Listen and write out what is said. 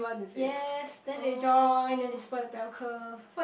yes then they join then they spoilt the bell curve